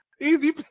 easy